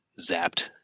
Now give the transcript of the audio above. zapped